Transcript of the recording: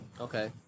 Okay